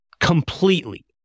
completely